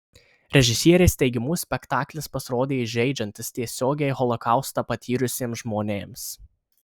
režisierės teigimu spektaklis pasirodė įžeidžiantis tiesiogiai holokaustą patyrusiems žmonėms